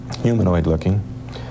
humanoid-looking